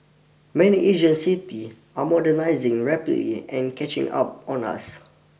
many Asian city are modernising rapidly and catching up on us